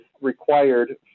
required